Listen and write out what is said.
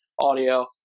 audio